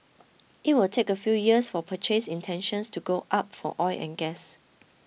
it will take a few years for purchase intentions to go up for oil and gas